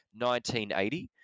1980